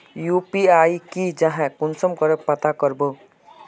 UPI की जाहा कुंसम करे पता करबो?